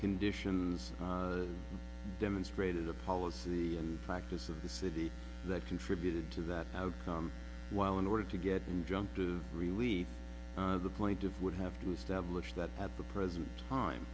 conditions demonstrated a policy and practice of the city that contributed to that outcome while in order to get drunk to relieve the point of would have to establish that at the present time